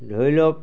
ধৰি লওক